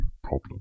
problem